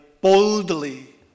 boldly